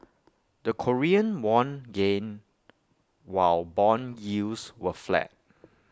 the Korean won gained while Bond yields were flat